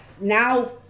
now